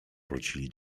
wrócili